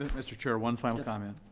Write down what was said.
and mr. chair, one final comment.